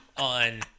On